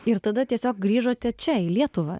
ir tada tiesiog grįžote čia į lietuvą